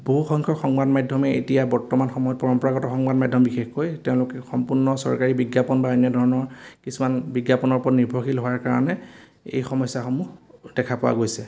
বহুসংখ্যক সংবাদ মাধ্যমে এতিয়া বৰ্তমান সময়ত পৰম্পৰাগত সংবাদ মাধ্যম বিশেষকৈ তেওঁলোকে সম্পূৰ্ণ চৰকাৰী বিজ্ঞাপন বা অন্য ধৰণৰ কিছুমান বিজ্ঞাপনৰ ওপৰত নিৰ্ভৰশীল হোৱাৰ কাৰণে এই সমস্যাসমূহ দেখা পোৱা গৈছে